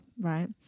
right